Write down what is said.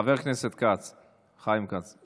חבר הכנסת חיים כץ,